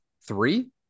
Three